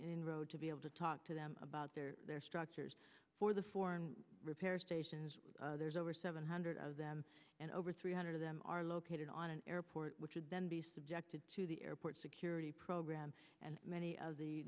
inroad to be able to talk to them about their their structures for the foreign repair stations there's over seven hundred of them and over three hundred of them are located on an airport which would then be subjected to the airport security program and many of the